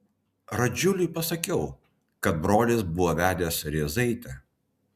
radziuliui pasakiau kad brolis buvo vedęs rėzaitę